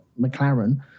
McLaren